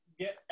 get